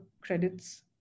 credits